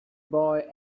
boy